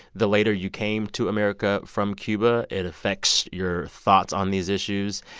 the later you came to america from cuba, it affects your thoughts on these issues.